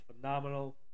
phenomenal